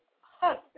husband